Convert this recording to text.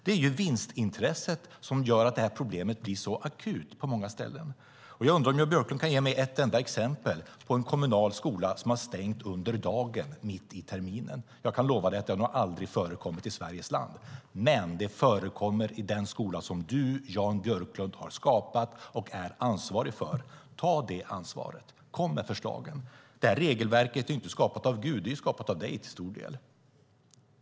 Det är vinstintresset som gör att problemet blir så akut på många ställen. Jag undrar om Jan Björklund kan ge mig ett enda exempel på en kommunal skola som har stängt under dagen mitt i terminen. Jag kan lova att det aldrig tidigare förekommit i Sveriges land. Men det förekommer i den skola som du, Jan Björklund, har skapat och är ansvarig för. Ta det ansvaret, kom med förslag! Det här regelverket är inte skapat av Gud, det är skapat av dig till stor del.